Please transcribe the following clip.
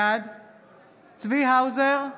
בעד צבי האוזר,